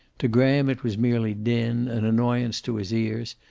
to graham it was merely din, an annoyance to his ears,